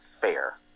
fair